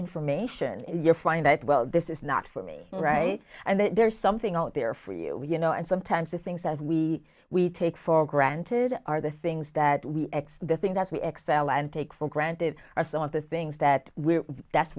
information if you're flying that well this is not for me right and there's something out there for you you know and sometimes the things that we we take for granted are the things that we x the things that we excel and take for granted are some of the things that we're that's